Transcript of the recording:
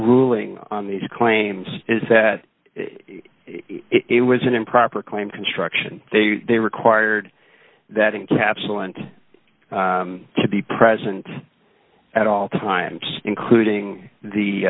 ruling on these claims is that it was an improper claim construction they required that in capsule and to be present at all times including